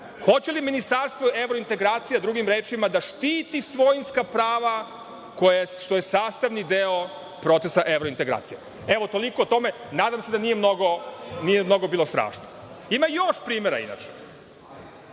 Hoće li ministarstvo evrointegracija, drugim rečima, da štiti svojinska prava što je sastavni deo procesa evrointegracija? Evo, toliko o tome. Nadam se da nije mnogo bilo strašno. Ima još primera inače.